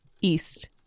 East